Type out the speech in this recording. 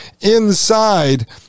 inside